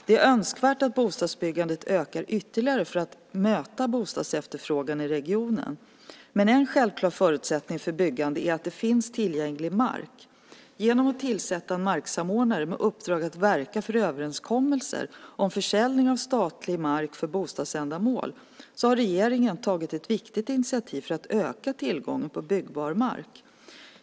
Det är önskvärt att bostadsbyggandet ökar ytterligare för att möta bostadsefterfrågan i regionen. Men en självklar förutsättning för byggande är att det finns tillgänglig mark. Genom att tillsätta en marksamordnare med uppdrag att verka för överenskommelser om försäljning av statlig mark för bostadsändamål har regeringen tagit ett viktigt initiativ för att öka tillgången på byggbar mark.